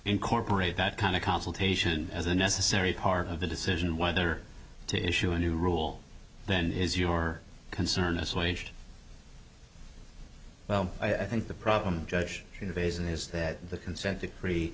incorporate that kind of consultation as a necessary part of the decision whether to issue a new rule then is your concern assuaged well i think the problem judge invasion is that the consent decree